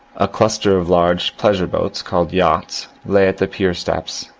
a cluster of large pleasure boats called yachts lay at the pier steps,